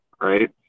right